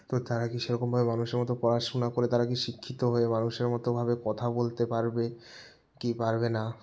তো তারা কি সেরকমভাবে মানুষের মতো পড়াশোনা করে তারা কি শিক্ষিত হয়ে মানুষের মতো ভাবে কথা বলতে পারবে কি পারবে না